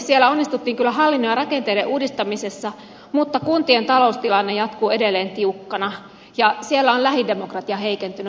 siellä onnistuttiin kyllä hallinnon ja rakenteiden uudistamisessa mutta kuntien taloustilanne jatkuu edelleen tiukkana ja lähidemokratia on heikentynyt